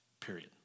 period